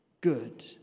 good